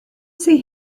see